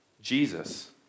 Jesus